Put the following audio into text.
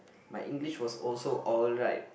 my English was also alright